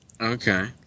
Okay